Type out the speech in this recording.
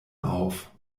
auf